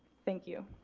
thank you.